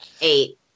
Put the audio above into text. Eight